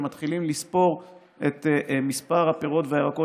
שמתחילים לספור את מספר הפירות והירקות